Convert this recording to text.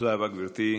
תודה רבה, גברתי.